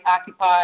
occupy